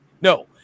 No